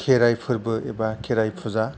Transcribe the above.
खेराय फोरबो एबा खेराय फुजा